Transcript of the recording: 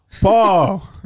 Paul